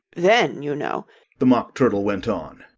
then, you know the mock turtle went on,